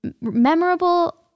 memorable